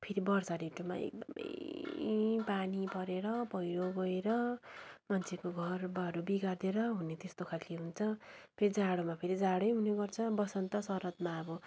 फेरि वर्षा ऋतुमा एकदमै पानी परेर पैह्रो गएर मान्छेको घरबार बिगारिदिएर हुने त्यस्तो खालको हुन्छ फेरि जाडोमा फेरि जाडै हुने गर्छ वसन्त शरदमा अब